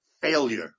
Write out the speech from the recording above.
failure